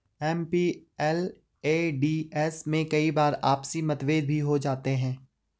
MPLADS में कई बार आपसी मतभेद भी हो जाते हैं